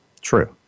True